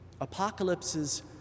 Apocalypses